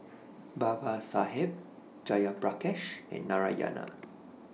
Babasaheb Jayaprakash and Narayana